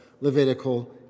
Levitical